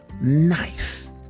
nice